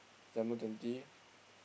December twenty